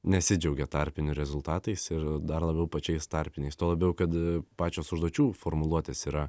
nesidžiaugia tarpinių rezultatais ir dar labiau pačiais tarpiniais tuo labiau kad pačios užduočių formuluotės yra